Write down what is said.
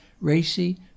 racy